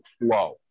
flow